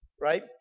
right